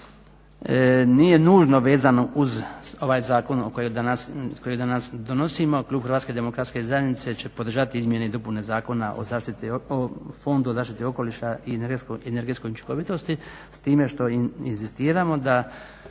nije nužno vezano uz ovaj zakon koji danas donosimo klub HDZ-a će podržati izmjene i dopune Zakona o Fondu o zaštiti okoliša i energetske učinkovitosti s time što inzistiramo da